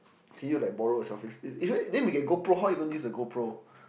can you like borrow a selfie stick then we can GoPro how you gonna use a GoPro